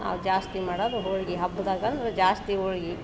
ನಾವು ಜಾಸ್ತಿ ಮಾಡೋದ್ ಹೋಳಿಗೆ ಹಬ್ದಾಗ ಅಂದರೆ ಜಾಸ್ತಿ ಹೋಳಿಗೆ